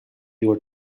your